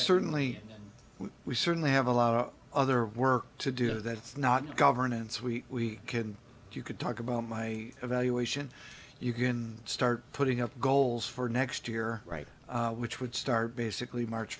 certainly we certainly have a lot of other work to do that's not governance we can do you could talk about my evaluation you can start putting up goals for next year right which would start basically march